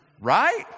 right